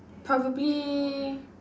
probably